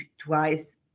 twice